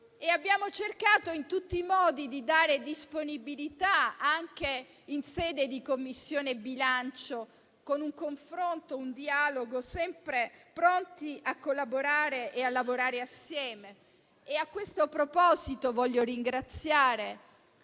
abbiamo cercato in tutti i modi di dare disponibilità, anche in sede di Commissione bilancio, con un confronto e un dialogo, sempre pronti a collaborare e a lavorare assieme. A questo proposito voglio ringraziare